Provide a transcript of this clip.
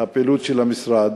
הפעילות של המשרד.